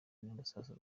n’urusaku